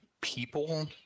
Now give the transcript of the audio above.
people